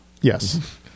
yes